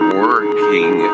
working